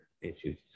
issues